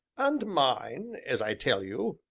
and mine, as i tell you,